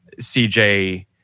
CJ